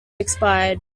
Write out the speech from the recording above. expired